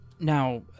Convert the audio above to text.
Now